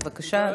בבקשה.